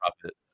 profit